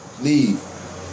leave